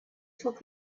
took